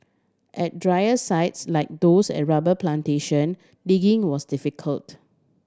at drier sites like those at rubber plantation digging was difficult